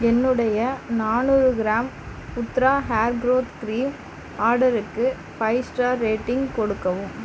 என்னுடைய நானூறு gram Uthra hair growth cream ஆர்டருக்கு ஃபைவ் ஸ்டார் ரேட்டிங் கொடுக்கவும்